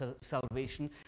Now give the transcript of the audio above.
salvation